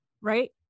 Right